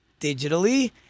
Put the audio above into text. digitally